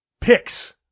picks